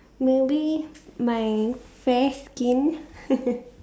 maybe my fair skin